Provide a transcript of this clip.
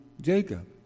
Jacob